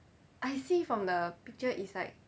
I see from the picture it's like